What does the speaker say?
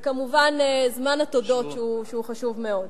וכמובן, זמן התודות, שהוא חשוב מאוד.